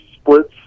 splits